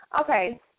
Okay